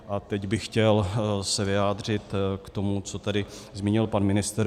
A teď bych se chtěl vyjádřit k tomu, co tady zmínil pan ministr.